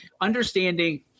understanding